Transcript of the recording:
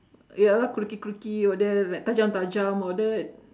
ya lor crookie crookie all that like tajam tajam all that